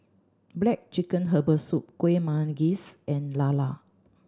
Black Chicken Herbal Soup Kueh Manggis and Lala